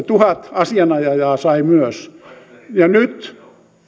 tuhat asianajajaa sai myös nyt